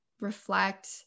reflect